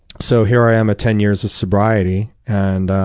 so here i am at ten years sobriety, and